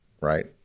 right